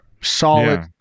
Solid